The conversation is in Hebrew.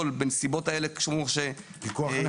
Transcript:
בשגרה, כ-150 מיליון ₪.